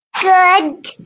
Good